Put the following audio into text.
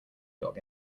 dog